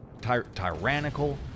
tyrannical